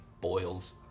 boils